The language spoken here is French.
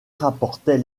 rapportait